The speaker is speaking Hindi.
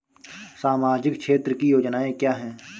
सामाजिक क्षेत्र की योजनाएँ क्या हैं?